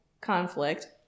conflict